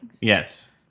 Yes